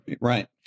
Right